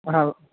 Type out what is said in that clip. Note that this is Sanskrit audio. हा